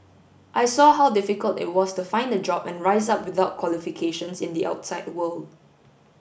I saw how difficult it was to find a job and rise up without qualifications in the outside world